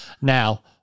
Now